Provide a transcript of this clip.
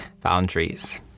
boundaries